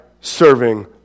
serving